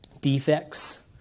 defects